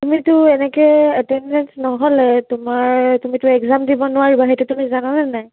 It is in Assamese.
তুমিতো এনেকৈ এটেনডেঞ্চ নহ'লে তোমাৰ তুমিতো এক্সাম দিব নোৱাৰিবা সেইটো তুমি জানানে নাই